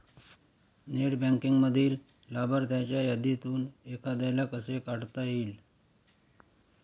Net बँकिंगमधील लाभार्थ्यांच्या यादीतून एखाद्याला कसे काढता येईल?